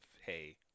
hey